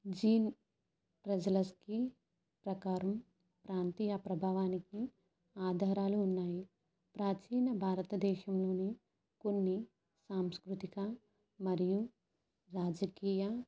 gene ప్రజలకి రకాలు ప్రాంతీయ ప్రభావానికి ఆధారాలు ఉన్నాయి ప్రాచీన భారతదేశంలోని కొన్ని సాంస్కృతిక మరియు రాజకీయ